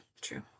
true